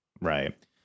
right